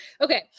Okay